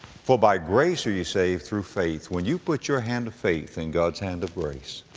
for by grace are you saved through faith. when you put your hand of faith in god's hand of grace,